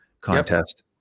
contest